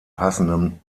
passenden